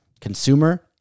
consumer